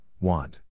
want